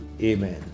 Amen